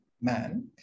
man